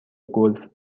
گلف